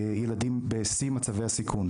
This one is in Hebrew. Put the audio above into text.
ילדים בשיא מצבי הסיכון.